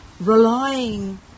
relying